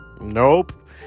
Nope